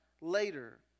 later